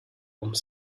home